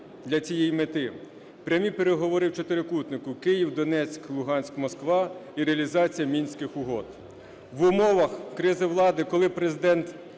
для цієї мети – прямі переговори в чотирьохкутнику Київ – Донецьк – Луганськ – Москва і реалізація Мінських угод. В умовах кризи влади, коли Президент